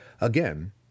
Again